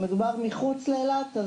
במקרים שמחוץ לאילת,